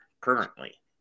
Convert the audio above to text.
currently